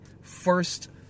first